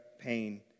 pain